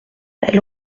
elle